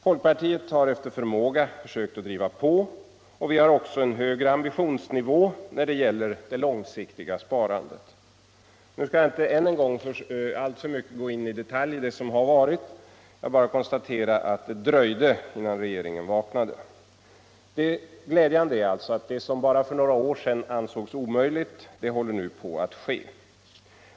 Folkpartiet har efter förmåga försökt driva på i det avseendet. Vi har också en högre ambitionsnivå när det gäller det långsiktiga sparandet. Nu skall jag inte än en gång alltför mycket i detalj gå in på det som har varit. Jag bara konstaterar att det dröjde innan regeringen vaknade. Det glädjande är alltså att det som för bara några år sedan ansågs omöjligt nu håller på att ske.